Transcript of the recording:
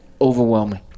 Overwhelming